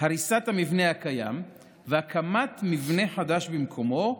הריסת המבנה הקיים והקמת מבנה חדש במקומו,